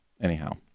Anyhow